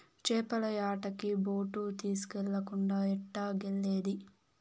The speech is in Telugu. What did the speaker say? చేపల యాటకి బోటు తీస్కెళ్ళకుండా ఎట్టాగెల్లేది